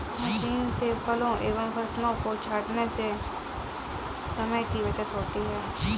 machine से फलों एवं फसलों को छाँटने से समय की बचत होती है